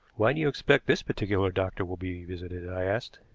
why do you expect this particular doctor will be visited? i asked.